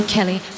Kelly